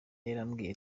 yarambwiye